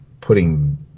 putting